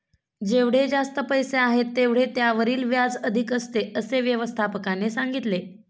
जेवढे जास्त पैसे आहेत, तेवढे त्यावरील व्याज अधिक असते, असे व्यवस्थापकाने सांगितले